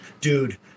Dude